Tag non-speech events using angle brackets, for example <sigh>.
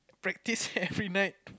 practice <laughs> every night